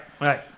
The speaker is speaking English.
right